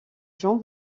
jean